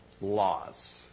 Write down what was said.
laws